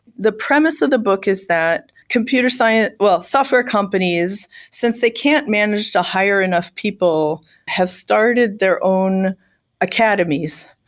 the premise of the book is that computer science well, software companies since they can't manage to hire enough people, have started their own academies,